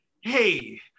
hey